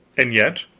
and yet,